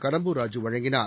கடம்பூர் ராஜு வழங்கினார்